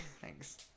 Thanks